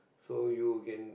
so you can